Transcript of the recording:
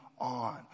on